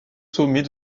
sommet